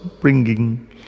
bringing